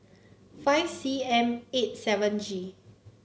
five C M eight seven G